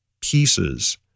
pieces